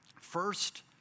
first